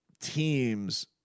teams